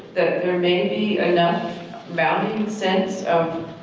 that there may be enough value and sense of